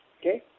okay